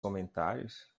comentários